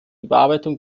überarbeitung